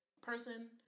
person